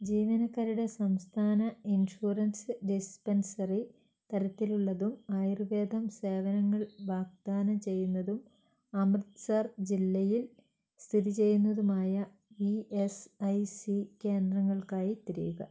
ജീവനക്കാരുടെ സംസ്ഥാന insurance dispensary തരത്തിലുള്ളതും ആയുർവേദം സേവനങ്ങൾ വാഗ്ദാനം ചെയ്യുന്നതും അമൃത്സർ ജില്ലയിൽ സ്ഥിതി ചെയ്യുന്നതുമായ ഇ എസ് ഐ സി കേന്ദ്രങ്ങൾക്കായി തിരയുക